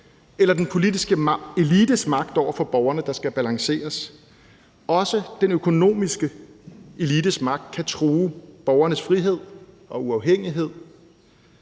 eller den politiske elites magt over for borgerne, der skal balanceres. Også den økonomiske elites magt kan true borgernes frihed, uafhængighed